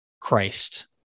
Christ